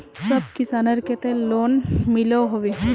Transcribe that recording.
सब किसानेर केते लोन मिलोहो होबे?